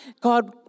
God